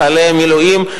חיילי המילואים,